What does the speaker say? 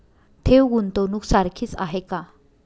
ठेव, गुंतवणूक सारखीच आहे का?